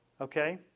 Okay